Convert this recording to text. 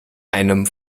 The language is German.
einem